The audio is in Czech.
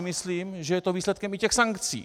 Myslím si, že je to výsledkem i těch sankcí.